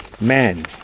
men